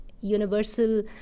universal